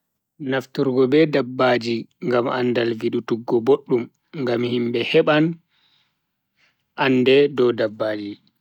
Nafturgo be dabbaji ngam andaal vidutuggo boddum. Ngam himbe heban ande dow dabbaji.